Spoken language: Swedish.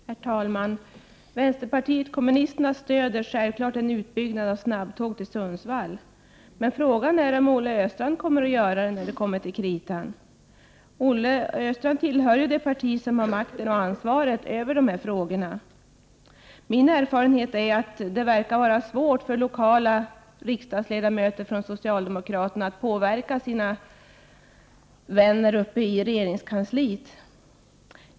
Herr talman! Vänsterpartiet kommunisterna stöder självfallet en utbyggnad av snabbtåg till Sundsvall, men frågan är om Olle Östrand kommer att göra det, när det kommer till kritan. Olle Östrand tillhör ju det parti som har makten över och ansvaret för de här frågorna. Min erfarenhet är att det verkar vara svårt för lokala riksdagsledamöter från socialdemokraterna att påverka sina vänner uppe i regeringskansliet.